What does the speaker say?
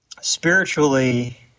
spiritually